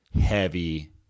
heavy